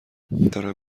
دارم